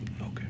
Okay